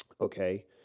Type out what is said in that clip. Okay